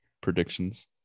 predictions